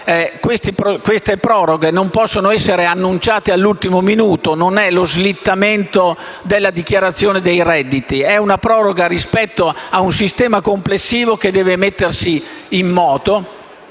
queste proroghe non possono essere annunciate all'ultimo minuto: non è lo slittamento della dichiarazione dei redditi, ma è una proroga rispetto a un sistema complessivo che si deve mettere in moto.